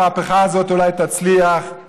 המהפכה הזאת אולי תצליח,